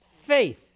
faith